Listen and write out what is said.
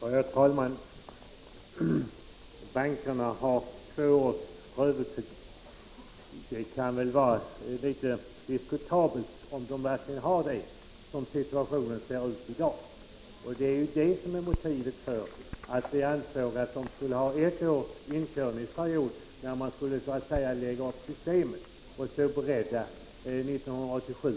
Herr talman! Bankerna har två års prövotid. Det är väl diskutabelt om de verkligen har det, som situationen ser ut i dag. Det var detta som var motivet till att vi ansåg att de borde få ett års inkörningsperiod, för att lägga upp systemet, så att det kunde stå klart 1987.